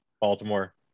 Baltimore